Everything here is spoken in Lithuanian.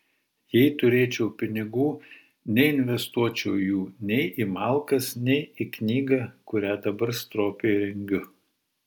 jei turėčiau pinigų neinvestuočiau jų nei į malkas nei į knygą kurią dabar stropiai rengiu